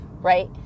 right